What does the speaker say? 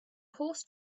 horse